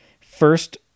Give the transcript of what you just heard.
First